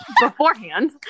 beforehand